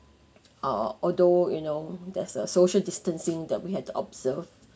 ah although you know there's a social distancing that we had to observe